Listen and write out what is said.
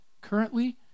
Currently